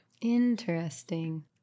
Interesting